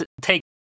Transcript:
take